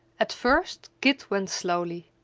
at first kit went slowly.